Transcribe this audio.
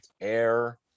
air